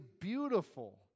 beautiful